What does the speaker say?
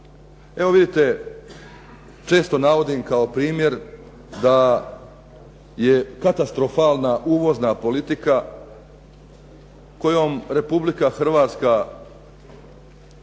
Evo vidite, često navodim kao primjer da je katastrofalna uvozna politika kojom Republika Hrvatska